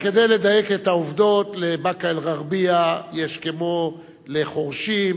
רק כדי לדייק בעובדות: לבאקה-אל-ע'רביה יש כמו לחורשים.